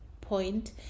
point